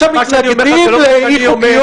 מה שאני אומר לך זה לא מה שאני אומר,